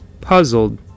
Puzzled